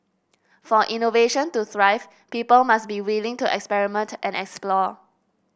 for innovation to thrive people must be willing to experiment and explore